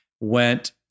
went